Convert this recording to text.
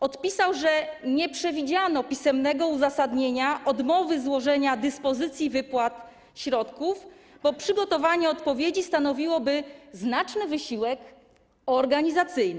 Odpisał, że nie przewidziano pisemnego uzasadnienia odmowy złożenia dyspozycji wypłat środków, bo przygotowanie odpowiedzi stanowiłoby znaczny wysiłek organizacyjny.